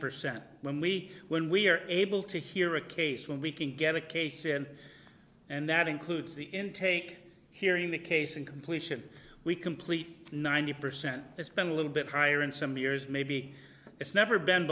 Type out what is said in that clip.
percent when we when we are able to hear a case when we can get a case in and that includes the intake hearing the case and completion we complete ninety percent it's been a little bit higher in some years maybe it's never been